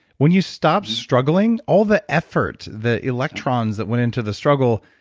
when you stop struggling, all the efforts, the electrons that went into the struggle,